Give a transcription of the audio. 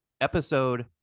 episode